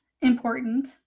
important